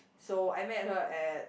so I met her at